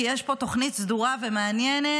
כי יש פה תוכנית סדורה ומעניינת,